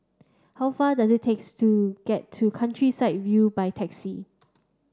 how far does it takes to get to Countryside View by taxi